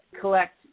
collect